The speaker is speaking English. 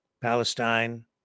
Palestine